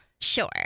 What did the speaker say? Sure